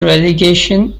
relegation